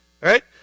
Right